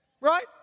right